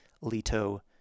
Leto